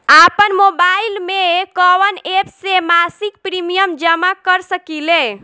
आपनमोबाइल में कवन एप से मासिक प्रिमियम जमा कर सकिले?